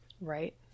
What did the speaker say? Right